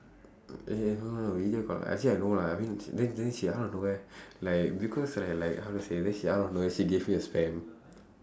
eh no no video call actually I no lah I mean then then she out of nowhere like because right like how to say then she out of nowhere she gave me her spam